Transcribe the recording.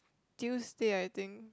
Tuesday I think